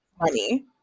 money